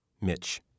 Mitch